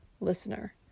listener